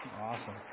Awesome